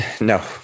No